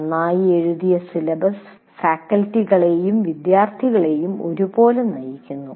നന്നായി എഴുതിയ സിലബസ് ഫാക്കൽറ്റികളെയും വിദ്യാർത്ഥികളെയും ഒരുപോലെ നയിക്കുന്നു